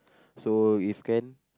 so if can